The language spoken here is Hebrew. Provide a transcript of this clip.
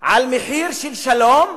על מחיר של שלום,